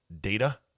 data